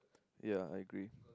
ya I agree